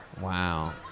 Wow